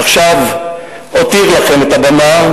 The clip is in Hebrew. עכשיו אותיר לכם את הבמה,